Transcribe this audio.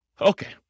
Okay